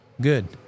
good